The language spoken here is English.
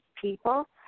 people